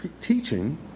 teaching